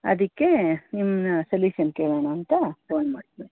ಅದಕ್ಕೆ ನಿಮ್ಮನ್ನ ಸಲ್ಯೂಷನ್ ಕೇಳೋಣ ಅಂತ ಫೋನ್ ಮಾಡಿದೆ